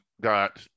got